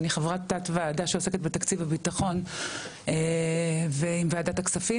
אני חברת תת ועדה שעוסקת בתקציב הביטחון עם ועדת התקציב,